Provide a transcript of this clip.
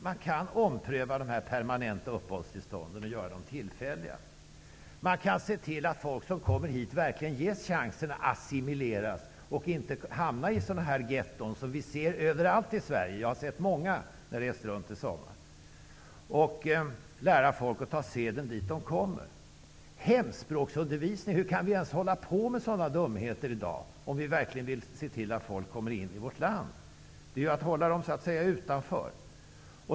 Man kan ompröva de permanenta uppehållstillstånden och göra dem tillfälliga. Man kan se till att folk som kommer hit verkligen ges chansen att assimileras, så att de inte hamnar i sådana getton som vi kan se överallt i Sverige -- jag har sett många när jag har rest runt i sommar -- och att lära folk att ta seden dit de kommer. Hemspråksundervisning -- hur kan vi ens hålla på med sådana dumheter i dag, om vi verkligen vill se till att folk kommer in i vårt land? Det är ju att hålla dem så att säga utanför.